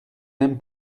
même